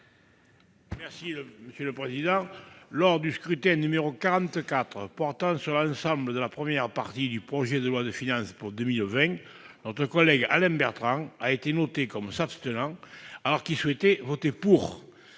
vote. Monsieur le président, lors du scrutin n° 44 sur l'ensemble de la première partie du projet de loi de finances pour 2020, M. Alain Bertrand a été enregistré comme s'abstenant, alors qu'il souhaitait voter pour.